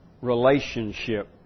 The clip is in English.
relationship